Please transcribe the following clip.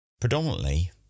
Predominantly